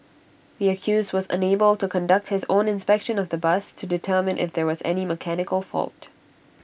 the accused was unable to conduct his own inspection of the bus to determine if there was any mechanical fault